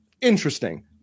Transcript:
interesting